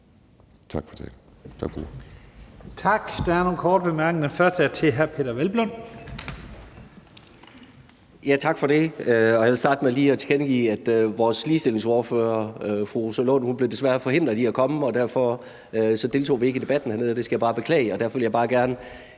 Tak for ordet.